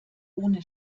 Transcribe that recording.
ohne